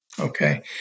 Okay